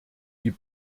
die